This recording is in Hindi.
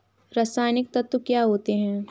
रसायनिक तत्व क्या होते हैं?